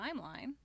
timeline